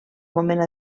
moment